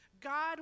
God